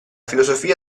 filosofia